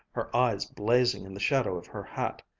her eyes blazing in the shadow of her hat.